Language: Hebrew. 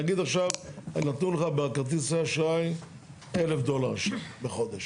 נגיד עכשיו נתנו לך בכרטיסי האשראי 1,000 דולר בחודש.